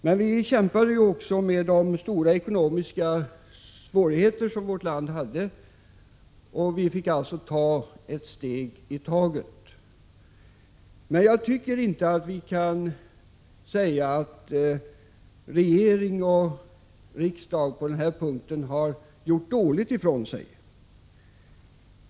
Men vi kämpade också med de stora ekonomiska svårigheter som vårt land hade, och vi fick alltså ta ett steg i taget. Men jag tycker inte att vi kan säga att regering och riksdag på den här punkten har gjort dåligt ifrån sig.